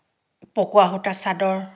পকোৱা সূতাৰ চাদৰ